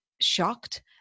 shocked